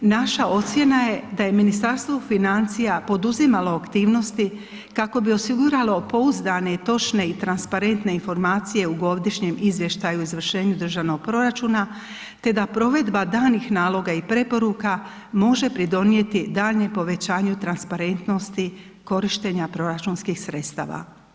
Naša ocjena je da je Ministarstvo financija poduzimalo aktivnosti kako bi osiguralo pouzdane, točne i transparentne informacije u Godišnjem izvještaju o izvršenju Državnog proračuna te da provedba danih naloga i preporuka može pridonijeti daljnjem povećanju transparentnosti korištenja proračunskih sredstava.